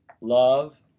Love